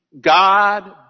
God